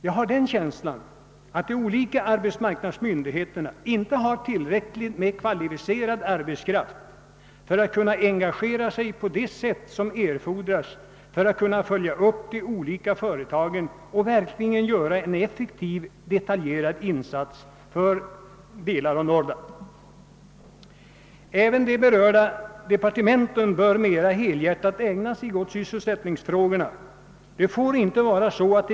Jag har en känsla av att de olika arbetsmarknadsmyndigheterna inte har tillräckligt med kvalificerad arbetskraft för att kunna engagera sig på det sätt som erfordras för att kunna följa upp de olika företagen och verkligen göra en effektiv insats för exempelvis Norrland. även de berörda departementen bör mera helhjärtat ägna sig åt sysselsättningsfrågorna.